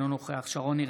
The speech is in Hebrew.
אינו נוכח שרון ניר,